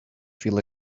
feel